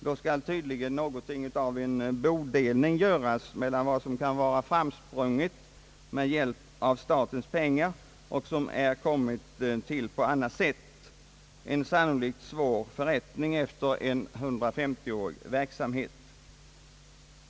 Då skall något av en bodelning göras mellan vad som kan vara framsprunget med hjälp av statens pengar och vad som är tillkommet på annat sätt — en sannolikt svår förrättning efter en 150-årig verksamhet.